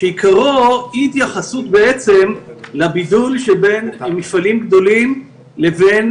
שעיקרו התייחסות לבידול שבין מפעלים גדולים לבין